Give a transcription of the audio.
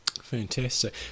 Fantastic